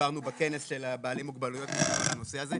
דיברנו בכנס של בעלי המוגבלויות על הנושא הזה.